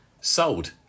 Sold